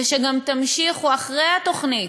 היא שגם תמשיכו אחרי התוכנית